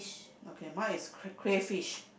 okay mine is cray crayfish